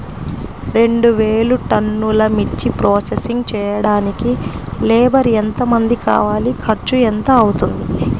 రెండు వేలు టన్నుల మిర్చి ప్రోసెసింగ్ చేయడానికి లేబర్ ఎంతమంది కావాలి, ఖర్చు ఎంత అవుతుంది?